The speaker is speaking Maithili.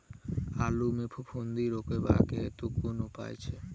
आलु मे फफूंदी रुकबाक हेतु कुन उपाय छै?